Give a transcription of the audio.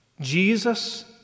Jesus